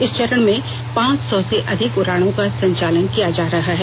इस चरण में पांच सौ से अधिक उड़ानों का संचालन किया जायेगा